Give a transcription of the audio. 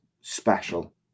special